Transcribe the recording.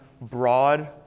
broad